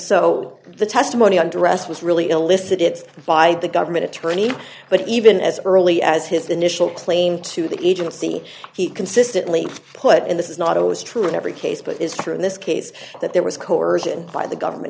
so the testimony under arrest was really elicited by the government attorney but even as early as his initial claim to the agency he consistently put in this is not always true in every case but it is true in this case that there was coercion by the government